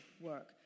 work